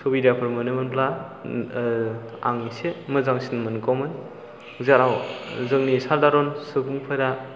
सुबिदाफोर मोनोमोनब्ला आं एसे मोजांसिन मोनगौमोन जेराव जोंनि सादारन सुबुंफोरा